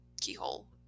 keyhole